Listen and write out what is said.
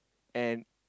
and